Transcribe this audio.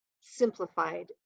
simplified